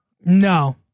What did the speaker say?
No